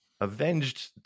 avenged